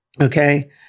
Okay